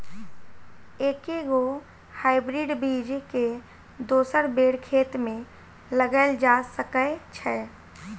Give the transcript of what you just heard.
एके गो हाइब्रिड बीज केँ दोसर बेर खेत मे लगैल जा सकय छै?